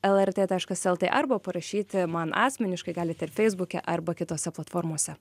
lrt taškas lt arba parašyti man asmeniškai galite ir feisbuke arba kitose platformose